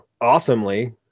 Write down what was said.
awesomely